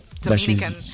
Dominican